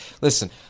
Listen